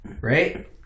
right